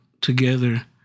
together